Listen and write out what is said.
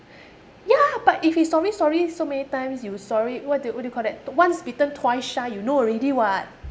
ya but if he sorry sorry so many times you sorry what do you what do you call that once bitten twice shy you know already [what]